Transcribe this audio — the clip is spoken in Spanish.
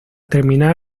terminar